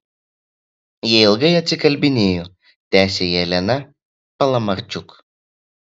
jie ilgai atsikalbinėjo tęsė jelena palamarčuk